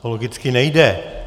To logicky nejde.